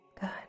good